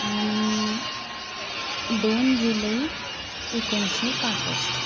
आणि दोन जुलै एकोणीसशे पासष्ट